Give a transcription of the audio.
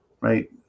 right